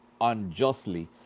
unjustly